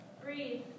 Breathe